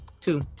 two